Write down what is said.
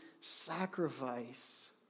sacrifice